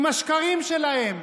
עם השקרים שלהם,